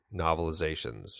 novelizations